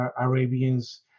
Arabians